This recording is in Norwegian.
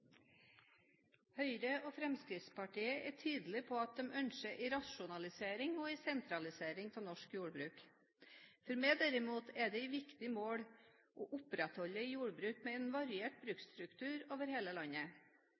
Høyre og Fremskrittspartiet er tydelige på at de ønsker en rasjonalisering og en sentralisering av norsk jordbruk. For meg derimot er det et viktig mål å opprettholde et jordbruk med en variert bruksstruktur over hele landet.